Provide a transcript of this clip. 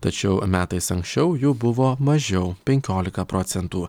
tačiau metais anksčiau jų buvo mažiau penkiolika procentų